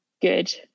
good